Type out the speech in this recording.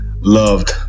Loved